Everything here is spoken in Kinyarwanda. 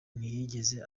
ntiyigeze